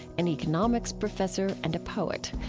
an economics professor and a poet.